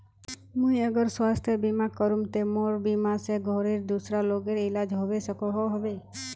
मुई अगर स्वास्थ्य बीमा करूम ते मोर बीमा से घोरेर दूसरा लोगेर इलाज होबे सकोहो होबे?